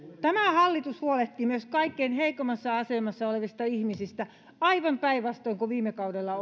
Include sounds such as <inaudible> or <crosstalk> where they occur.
tämä hallitus huolehtii myös kaikkein heikoimmassa asemassa olevista ihmisistä aivan päinvastoin kuin viime kaudella <unintelligible>